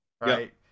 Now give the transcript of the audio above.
right